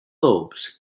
lobes